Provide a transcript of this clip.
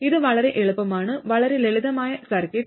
ഇത് വളരെ എളുപ്പമാണ് വളരെ ലളിതമായ സർക്യൂട്ട്